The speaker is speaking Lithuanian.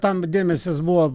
tam dėmesys buvo